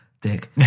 Dick